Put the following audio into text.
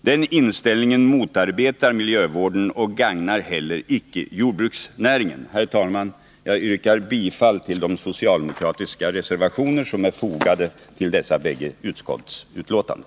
Den inställningen motarbetar miljövården och gagnar heller inte jordbruksnäringen. Herr talman! Jag yrkar bifall till de socialdemokratiska reservationer som är fogade till jordbruksutskottets båda betänkanden.